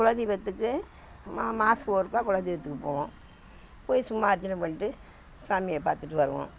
குலதெய்வத்துக்கு மாசம் ஒருக்கா குலதெய்வத்துக்கு போவோம் போய் சும்மா அர்ச்சனை பண்ணிட்டு சாமியை பாத்துட்டு வருவோம்